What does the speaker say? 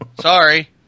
Sorry